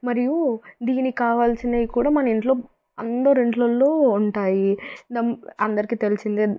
మరియు దీనికి కావలసినవి కూడా మన ఇంట్లో అందరి ఇండ్లలలో ఉంటాయి ధం అందరికీ తెలిసిందే